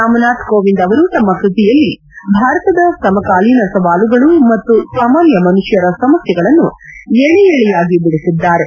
ರಾಮನಾಥ್ ಕೋವಿಂದ್ ಅವರು ತಮ್ಮ ಕೃತಿಯಲ್ಲಿ ಭಾರತದ ಸಮಕಾಲೀನ ಸವಾಲುಗಳು ಮತ್ತು ಸಾಮಾನ್ಯ ಮನುಷ್ಟರ ಸಮಸ್ಥೆಗಳನ್ನು ಎಳೆ ಎಳೆಯಾಗಿ ಬಿಡಿಸಿದ್ದಾರೆ